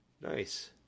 Nice